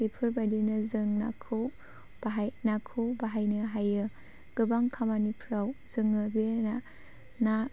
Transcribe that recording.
बेफोरबायदिनो जों नाखौ बाहायनो हायो गोबां खामानिफोराव जोङो बे ना